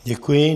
Děkuji.